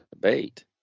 debate